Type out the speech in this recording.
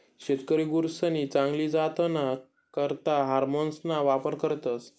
शेतकरी गुरसनी चांगली जातना करता हार्मोन्सना वापर करतस